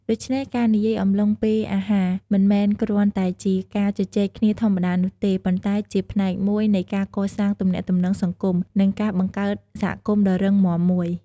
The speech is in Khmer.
ដូច្នេះ ការនិយាយអំឡុងពេលអាហារ មិនមែនគ្រាន់តែជាការជជែកគ្នាធម្មតានោះទេ ប៉ុន្តែជាផ្នែកមួយនៃការកសាងទំនាក់ទំនងសង្គម និងការបង្កើតសហគមន៍ដ៏រឹងមាំមួយ។